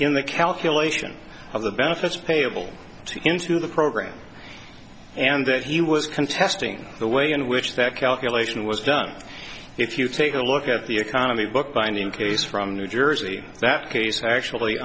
in the calculation of the benefits payable into the program and that he was contesting the way in which that calculation was done if you take a look at the economy bookbinding case from new jersey that case actually